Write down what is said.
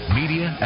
media